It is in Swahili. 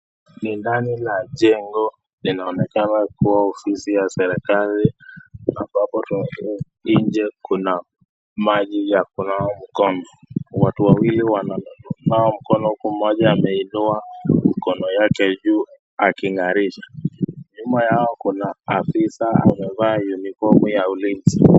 Ni ndani ya jengo linaonekana kuwa ofisi ya serikali ambapo nje kuna maji ya kunawa mikono, watu wawili wananawa mikono huku mmoja ameinua mikono yote juu aking'arisha, nyuma yao kuna afisa amevaa unifomu ya ulinzi.